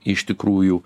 iš tikrųjų